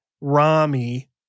Rami